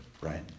right